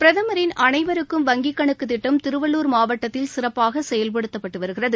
பிரதமின் அனைவருக்கும் வங்கி திட்டம் திருவள்ளூர் மாவட்டத்தில் சிறப்பாக செயல்படுத்தப்பட்டு வருகிறது